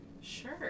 Sure